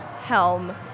Helm